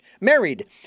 married